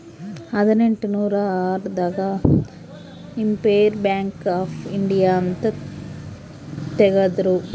ಹದಿನೆಂಟನೂರ ಆರ್ ದಾಗ ಇಂಪೆರಿಯಲ್ ಬ್ಯಾಂಕ್ ಆಫ್ ಇಂಡಿಯಾ ಅಂತ ತೇಗದ್ರೂ